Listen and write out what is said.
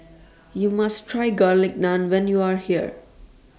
YOU must Try Garlic Naan when YOU Are here